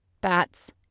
bats